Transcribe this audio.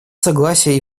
согласия